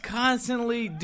constantly